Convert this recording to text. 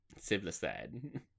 Siblicide